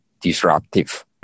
disruptive